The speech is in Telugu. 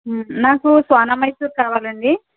నాకు సోనా మసూరి కావాలండి